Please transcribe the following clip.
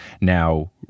Now